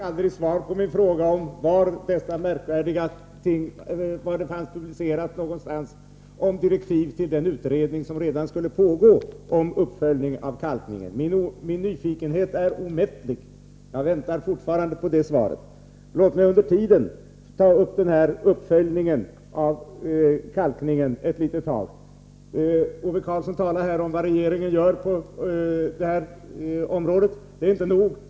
Herr talman! Jag fick aldrig svar på min fråga var det fanns publicerat någonting om direktiven för den utredning som redan nu skulle pågå och som arbetade med en uppföljning av kalkningen. Min nyfikenhet är omättlig. Jag väntar fortfarande på det svaret. Låt mig under tiden uppehålla mig ett litet tag vid uppföljningen av kalkningen. Ove Karlsson talade om vad regeringen gör på det här området. Men detta är inte nog.